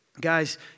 Guys